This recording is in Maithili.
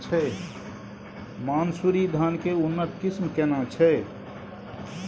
मानसुरी धान के उन्नत किस्म केना छै?